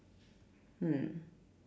hmm